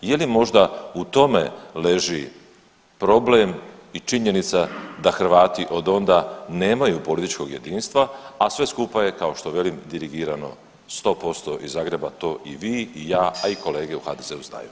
Je li možda u tome leži problem i činjenica da Hrvati od onda nemaju političkog jedinstva, a sve skupa je kao što velim dirigirano 100% iz Zagreba to i vi i ja, ali kolege u HDZ-u znaju?